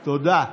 תודה.